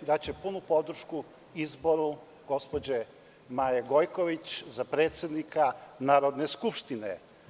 daće punu podršku izboru gospođe Maje Gojković za predsednika Narodne skupštine.